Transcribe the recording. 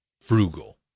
frugal